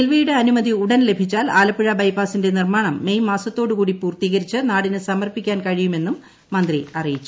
റെയിൽവേയുടെ അനുമതി ഉടൻ ലഭിച്ചാൽ ആലപ്പുഴ ബൈപ്പാസിന്റെ നിർമ്മാണം മെയ് മാസത്തോടുകൂടി പൂർത്തീ കരിച്ച് നാടിന് സ്മർപ്പിക്കാൻ കഴിയുമെന്നും മന്ത്രി അറിയിച്ചു